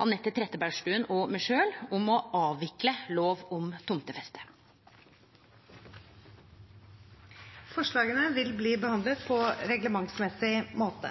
Anette Trettebergstuen og meg sjølv om å avvikle lov om tomtefeste. Forslagene vil bli behandlet på reglementsmessig måte.